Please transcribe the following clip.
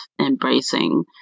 embracing